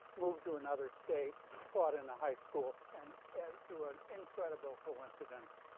moved to another state toward in a high school and and through an incredible coincidence,